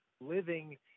living